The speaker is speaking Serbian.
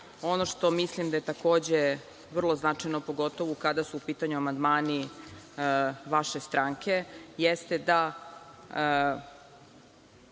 što mislim da je takođe vrlo značajno pogotovo kada su u pitanju amandmani vaše stranke, jeste da